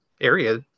area